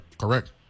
correct